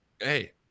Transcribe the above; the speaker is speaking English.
hey